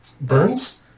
Burns